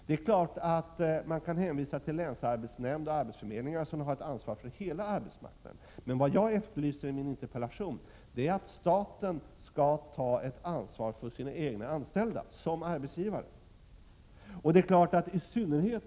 Det är klart att man kan hänvisa till länsarbetsnämnd och arbetsförmedlingar, som har ett ansvar för hela arbetsmarknaden. Men vad jag efterlyser i min interpellation är att staten som arbetsgivare skall ta ett ansvar för sina egna anställda.